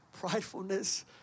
Pridefulness